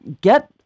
get